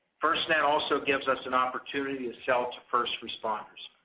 firstnet also gives us an opportunity to sell to first responders.